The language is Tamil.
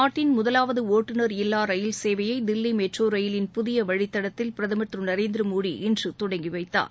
நாட்டின் முதலாவது ஒட்டுநர் இல்லா ரயில் சேவையை தில்வி மெட்ரோ ரயிலின் புதிய வழித்தடத்தில் பிரதமர் திரு நரேந்திர மோடி இன்று தொடங்கி வைத்தார்